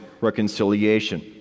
reconciliation